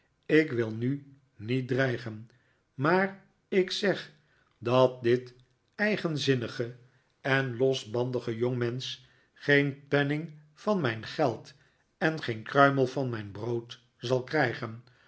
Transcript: ik wil nu niet dreigen maar ik zeg dat dit eigenzinnige en losbandige jongmensch geen penning van mijn geld en geen kruimel van mijn brood zal krijgen